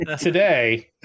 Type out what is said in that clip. today